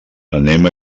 anem